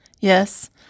Yes